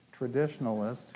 traditionalist